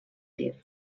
tir